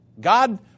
God